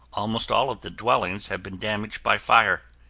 almost all of the dwellings have been damaged by fire.